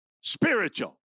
Spiritual